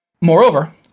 Moreover